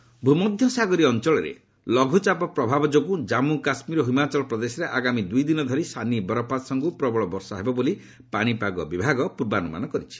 rain ଭୂମଧ୍ୟ ସାଗରୀୟ ଅଞ୍ଚଳରେ ଲଘୁଚାପ ପ୍ରଭାବ ଯୋଗୁଁ ଜନ୍ମୁ କାଶ୍ମୀର ଓ ହିମାଚଳ ପ୍ରଦେଶରେ ଆଗାମୀ ଦୁଇ ଦିନ ଧରି ସାନି ବରଫପାତ ସାଙ୍ଗକୁ ପ୍ରବଳ ବର୍ଷା ହେବ ବୋଲି ପାଣିପାଗ ବିଭାଗ ପୂର୍ବାନୁମାନ କରିଛି